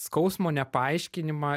skausmo nepaaiškinimą